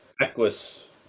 Equus